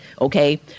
okay